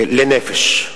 לנפש,